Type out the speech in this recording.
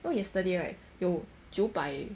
you know yesterday right 有九百